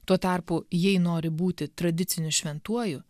tuo tarpu jei nori būti tradiciniu šventuoju